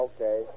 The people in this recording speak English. Okay